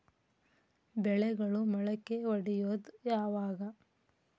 ಬೆಳೆಗಳು ಮೊಳಕೆ ಒಡಿಯೋದ್ ಯಾವಾಗ್?